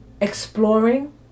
Exploring